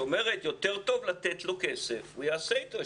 עדיף לתת לו כסף והוא יעשה איתו כרצונו.